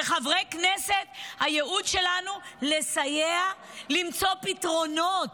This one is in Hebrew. כחברי כנסת הייעוד שלנו הוא לסייע למצוא פתרונות,